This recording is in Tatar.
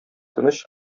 тыныч